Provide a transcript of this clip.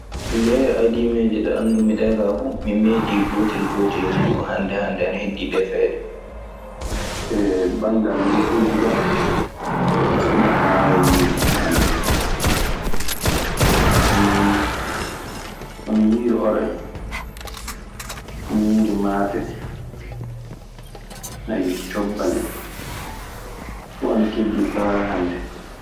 Lehe adiimeeje ɗe anndumi ɗee kaa fuu. Mi meeɗii gootel gootel e muuɗun. Hannde hannde ana heddii defeede. E banngal ndefuuji kaa, neɗɗo ana waawi wiide ɗun hannde kaa. Hono ñiiri oro en, ñiiri maafe en, cobbal en fuu ana keddii faa hannde.